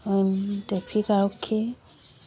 traffic আৰক্ষী